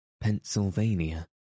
Pennsylvania